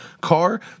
car